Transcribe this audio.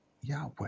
Yahweh